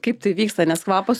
kaip tai vyksta nes kvapas